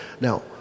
Now